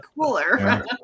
Cooler